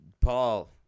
paul